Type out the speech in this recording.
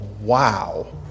wow